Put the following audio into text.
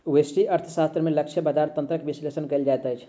व्यष्टि अर्थशास्त्र में लक्ष्य बजार तंत्रक विश्लेषण कयल जाइत अछि